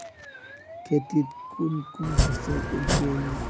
खेतीत कुन कुन फसल उगेई?